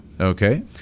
Okay